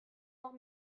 noch